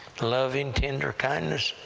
loving tender-kindness?